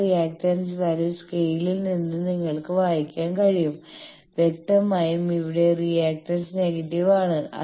ആ reactance value സ്കെയിലിൽ നിന്ന് നിങ്ങൾക്ക് വായിക്കാൻ കഴിയും വ്യക്തമായും ഇവിടെ റിയാക്റ്റൻസ് നെഗറ്റീവ് ആണ്